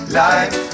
life